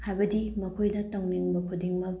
ꯍꯥꯏꯕꯗꯤ ꯃꯈꯣꯏꯗ ꯇꯧꯅꯤꯡꯕ ꯈꯨꯗꯤꯡꯃꯛ